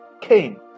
Cain